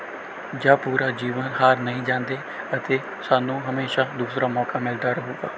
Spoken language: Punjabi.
ਜਾਂ ਪੂਰਾ ਜੀਵਨ ਹਾਰ ਨਹੀਂ ਜਾਂਦੇ ਅਤੇ ਸਾਨੂੰ ਹਮੇਸ਼ਾ ਦੂਸਰਾ ਮੌਕਾ ਮਿਲਦਾ ਰਹੂਗਾ